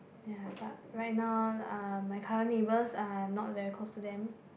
ya but right now uh my current neighbours I am not very close to them